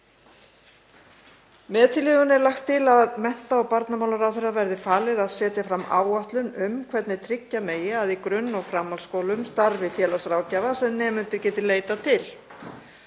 Með tillögunni er lagt til að mennta- og barnamálaráðherra verði falið að setja fram áætlun um hvernig tryggja megi að í grunn- og framhaldsskólum starfi félagsráðgjafar sem nemendur geti leitað til.